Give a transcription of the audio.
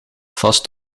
vast